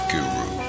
Guru